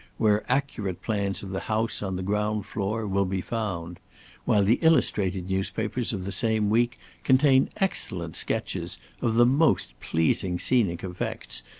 where accurate plans of the house on the ground floor, will be found while the illustrated newspapers of the same week contain excellent sketches of the most pleasing scenic effects,